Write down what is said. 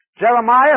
Jeremiah